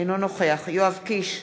אינו נוכח יואב קיש,